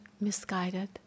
misguided